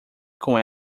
com